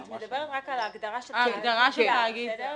היא מדברת רק על ההגדרה "תאגיד זר".